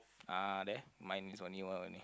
ah there mine is only one only